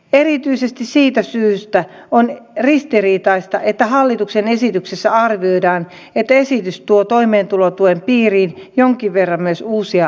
erityisesti siitä syystä on ristiriitaista että hallituksen esityksessä arvioidaan että esitys tuo toimeentulotuen piiriin jonkin verran myös uusia lapsiperheitä